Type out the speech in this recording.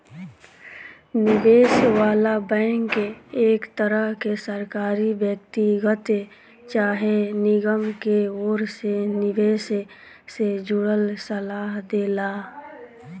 निवेश वाला बैंक एक तरह के सरकारी, व्यक्तिगत चाहे निगम के ओर से निवेश से जुड़ल सलाह देला